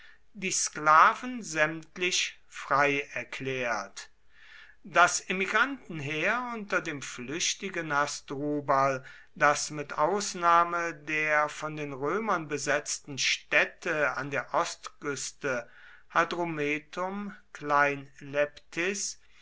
die sklaven sämtlich frei erklärt das emigrantenheer unter dem flüchtigen hasdrubal das mit ausnahme der von den römern besetzten städte an der ostküste